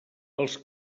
els